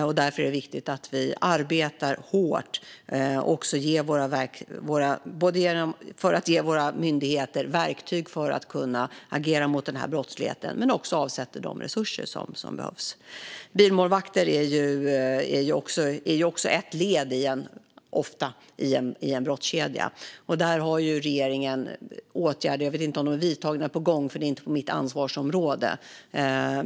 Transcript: Det är därför viktigt att vi arbetar hårt för att ge våra myndigheter verktyg så att de kan agera mot denna brottslighet. Vi behöver också avsätta de resurser som behövs. Bilmålvakter är ofta ett led i en brottskedja. Regeringen har åtgärder här. Jag vet inte om de redan är vidtagna eller om de är på gång; det ligger inte inom mitt ansvarsområde.